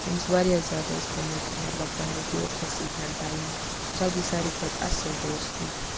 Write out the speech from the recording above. ییٚمِس وارِیاہ زیادٕ آسہِ گوٚومُت مَطلَب پننِس دوستَس سۭتۍ ٹایم سۄ گٔے ساروٕے کھۄتہٕ اَصٕل دوستی